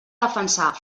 defensar